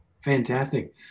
Fantastic